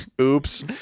Oops